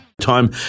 Time